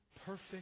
perfect